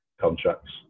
contracts